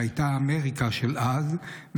שהייתה אמריקה של אז,